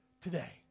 today